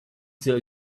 tell